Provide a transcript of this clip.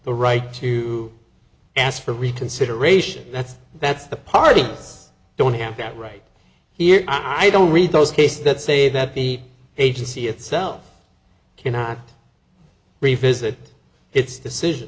the right to ask for reconsideration that's that's the party don't have that right here i don't read those cases that say that the agency itself cannot revisit its decision